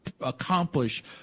accomplish